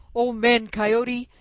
old man coyote,